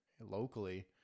locally